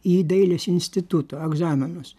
į dailės instituto egzaminus